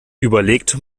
überlegt